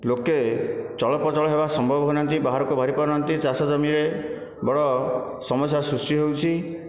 ଲୋକେ ଚଳପ୍ରଚଳ ହେବା ସମ୍ଭବ ହେଉ ନାହାନ୍ତି ବାହାରକୁ ବାହାରୁ ନାହାନ୍ତି ଚାଷ ଜମିରେ ବଡ଼ ସମସ୍ୟା ସୃଷ୍ଟି ହେଉଛି